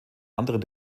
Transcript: anderen